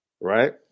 right